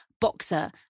boxer